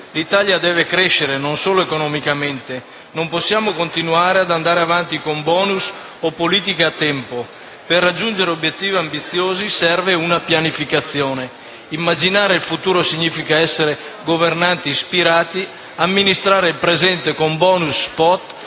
L'Italia deve crescere, non solo economicamente non possiamo continuare ad andare avanti con *bonus* o politiche a tempo; per raggiungere obiettivi ambiziosi serve una pianificazione. Immaginare il futuro significa essere governanti ispirati, amministrare il presente con *bonus spot*